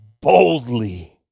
boldly